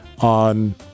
on